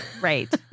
Right